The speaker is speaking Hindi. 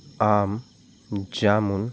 आम जामुन